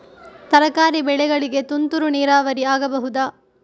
ತರಕಾರಿ ಬೆಳೆಗಳಿಗೆ ತುಂತುರು ನೀರಾವರಿ ಆಗಬಹುದಾ?